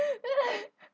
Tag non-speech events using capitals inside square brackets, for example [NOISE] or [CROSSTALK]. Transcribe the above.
[LAUGHS]